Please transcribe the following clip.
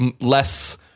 less